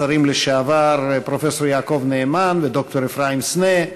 השרים לשעבר פרופסור יעקב נאמן וד"ר אפרים סנה,